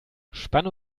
spanne